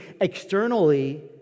externally